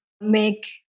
make